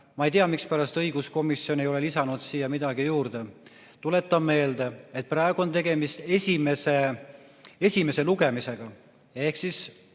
ma ei tea mispärast õiguskomisjon ei ole lisanud siia midagi juurde. Tuletan meelde, et praegu on tegemist esimese lugemisega. Ehk siis